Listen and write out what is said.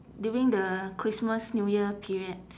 during the christmas new year period